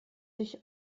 sich